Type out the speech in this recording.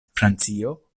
francio